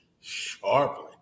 sharply